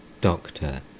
Doctor